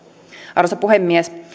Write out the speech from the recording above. arvoisa puhemies